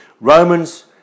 Romans